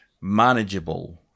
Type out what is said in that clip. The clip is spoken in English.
manageable